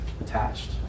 attached